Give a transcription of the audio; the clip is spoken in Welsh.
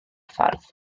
ffordd